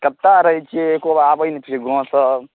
कतऽ रहैत छियै एको बेर आबैत नहि छियै गाँव पर